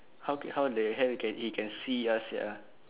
how can how the hell can he can see us sia